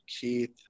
Keith